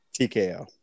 TKO